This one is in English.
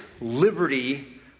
liberty